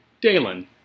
Dalen